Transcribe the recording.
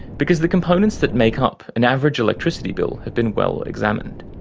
because the components that make up an average electricity bill have been well-examined.